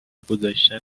گذشتن